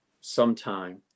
sometime